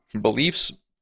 Beliefs